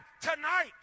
tonight